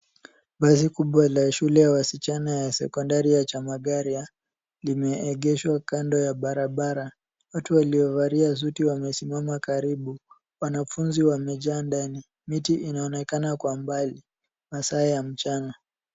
Basi kubwa la shule ya wasichana ya sekondari ya chamagaria, limeegeshwa kando ya barabara. Watu waliovalia suti wamesimama karibu ,wanafunzi wamejaa ndani. Miti inaonekana kwa mbali masaa ya mchana.